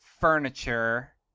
furniture